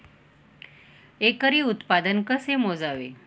एकरी उत्पादन कसे मोजावे?